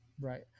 right